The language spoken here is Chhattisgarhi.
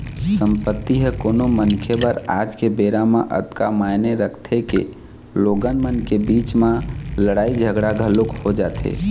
संपत्ति ह कोनो मनखे बर आज के बेरा म अतका मायने रखथे के लोगन मन के बीच म लड़ाई झगड़ा घलोक हो जाथे